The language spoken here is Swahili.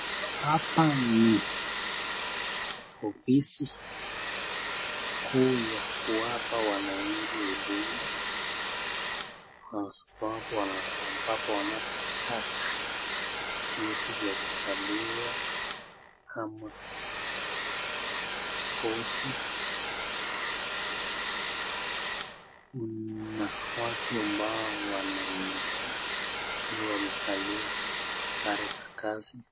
Hapa ni ofisi kuu ya kuwapa wananchi wa huduma ambapo wanapo taka vyeti ya kuzaliwa kama spoti na watu ambao wana ongea wakiwa wamevalia sare za kazi.